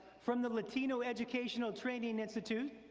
from the latino educational training institute,